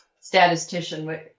statistician